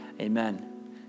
Amen